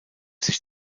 sich